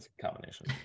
combination